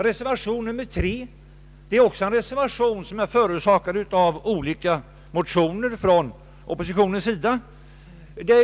Reservationen 3 har också förorsakats av motioner från oppositionens sida.